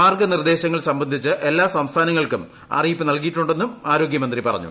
മാർഗനിർദ്ദേശങ്ങൾ സംബന്ധിച്ച് എല്ലാ സംസ്ഥാനങ്ങൾക്കും അറിയിപ്പ് നൽകിയിട്ടുണ്ടെന്നും ആരോഗൃമന്ത്രി പറഞ്ഞു